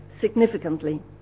significantly